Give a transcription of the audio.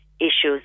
issues